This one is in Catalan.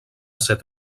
set